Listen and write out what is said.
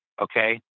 okay